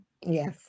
yes